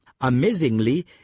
amazingly